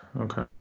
Okay